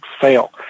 fail